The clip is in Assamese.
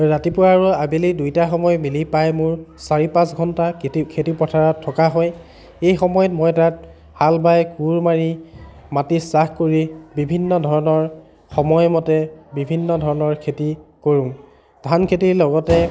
ৰাতিপুৱা আৰু আবেলি দুয়োটা সময় মিলি প্ৰায় মোৰ চাৰি পাঁচ ঘন্টাৰ কেতি খেতি পথাৰত থকা হয় এই সময়ত মই তাত হাল বাই কোৰ মাৰি মাটি চাহ কৰি বিভিন্ন ধৰণৰ সময় মতে বিভিন্ন ধৰণৰ খেতি কৰোঁ ধান খেতিৰ লগতে